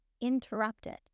interrupted